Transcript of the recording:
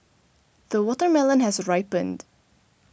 the watermelon has ripened